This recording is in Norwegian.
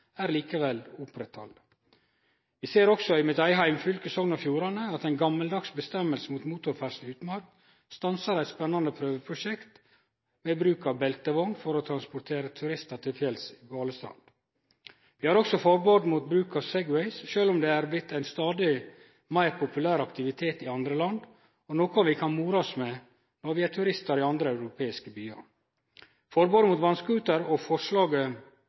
er likevel oppretthalde. Vi ser det også i mitt eige heimfylke, Sogn og Fjordane, at ei gamaldags bestemming mot motorferdsle i utmark stansar eit spennande prøveprosjekt med bruk av beltevogn for å transportere turistar til fjells i Balestrand. Vi har også forbod mot bruk av Segway, sjølv om det er blitt ein stadig meir populær aktivitet i andre land, og noko vi kan more oss med når vi er turistar i andre europeiske byar. Forbodet mot vass-scooter, og forslaget